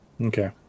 Okay